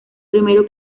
primero